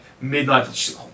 midnight